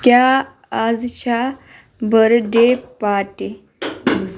کیاہ آز چھا بٔرتھ ڈے پارٹی ؟